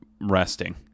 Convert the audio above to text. resting